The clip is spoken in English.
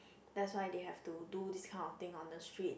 that's why they have to do these kind of thing on the street